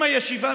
אם הישיבה,